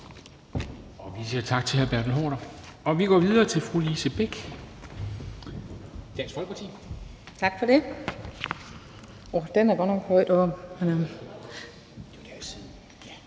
Vi siger tak til hr. Bertel Haarder og går videre til fru Lise Bech, Dansk Folkeparti. Kl.